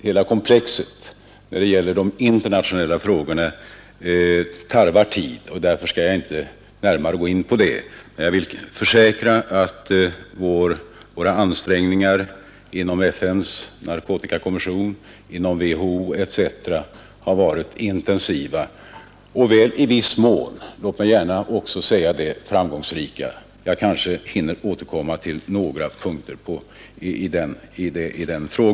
Hela komplexet om de internationella frågorna tarvar tid att behandla, och därför skall jag nu inte närmare gå in på det. Men jag kan försäkra att våra ansträngningar inom FNs narkotikakommission samt inom WHO och i andra sammanslutningar har varit intensiva och, låt mig tillägga det, i viss mån också framgångsrika. Jag kanske hinner återkomma till några punkter i den frågan senare.